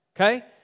Okay